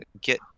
get